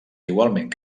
igualment